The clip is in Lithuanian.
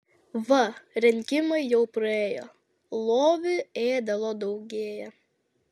va rinkimai jau praėjo lovy ėdalo daugėja